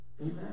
Amen